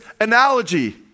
analogy